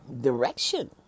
direction